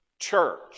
church